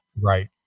Right